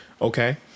Okay